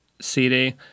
CD